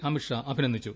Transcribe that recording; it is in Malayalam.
അമിത്ഷാ അഭിനന്ദിച്ചു